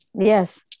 Yes